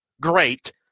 great